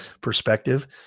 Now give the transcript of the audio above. perspective